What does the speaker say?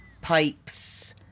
pipes